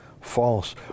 false